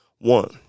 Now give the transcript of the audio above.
one